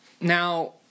now